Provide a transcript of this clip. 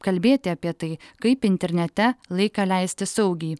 kalbėti apie tai kaip internete laiką leisti saugiai